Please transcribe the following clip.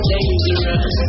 Dangerous